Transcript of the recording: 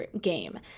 game